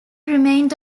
remained